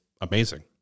amazing